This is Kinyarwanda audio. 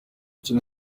kino